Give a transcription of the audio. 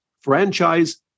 franchise